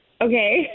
okay